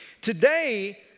Today